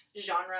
genre